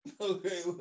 Okay